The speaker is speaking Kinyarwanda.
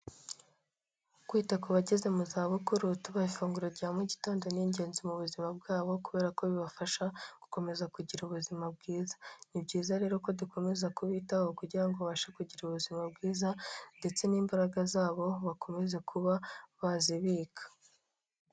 Kwita ku bageze mu za bukuru tubaha ifunguro rya mu gitondo, ni ingenzi mu buzima bwabo kubera ko bibafasha gukomeza kugira ubuzima bwiza, ni byiza rero ko dukomeza kubitaho kugira ngo babashe kugira ubuzima bwiza ndetse n'imbaraga zabo, bakomeze kuba bazibika.